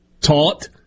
taught